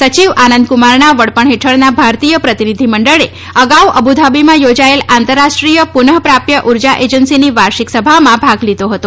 સયિવ આનંદક્રમારના વડપણ હેઠળના ભારતીય પ્રતિનિધિ મંડળે અગાઉ અબુધાબીમાં યોજાયેલ આંતરરાષ્ટ્રીય પુનઃ પ્રાપ્ય ઉર્જા એજન્સીની વાર્ષિક સભામાં ભાગ લીધો હતો